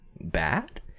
bad